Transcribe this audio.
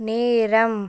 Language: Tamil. நேரம்